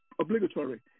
obligatory